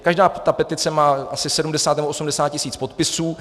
Každá ta petice má asi 70 nebo 80 tisíc podpisů.